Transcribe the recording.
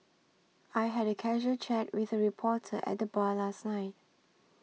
I had a casual chat with a reporter at the bar last night